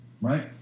right